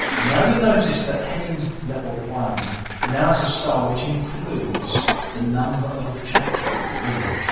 and now you notice that headings level one now has a style which includes the number of the chapter at the beginning.